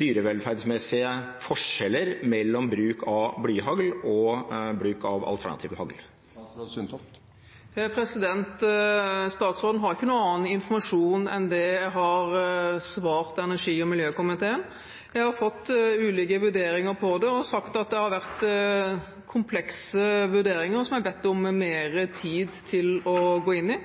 dyrevelferdsmessige forskjeller mellom bruk av blyhagl og bruk av alternative hagl? Statsråden har ikke noen annen informasjon enn den jeg har gitt energi- og miljøkomiteen. Jeg har fått ulike vurderinger av det og sagt at det har vært komplekse vurderinger, som jeg har bedt om mer tid til å gå inn i.